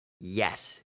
Yes